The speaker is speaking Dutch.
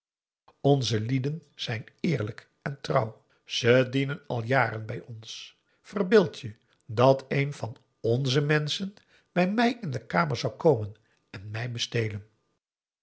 onze lieden zijn eerlijk en trouw ze dienen al jaren bij ons verbeeld je dat een van o n z e menschen bij mij in de kamer zou komen en mij bestelen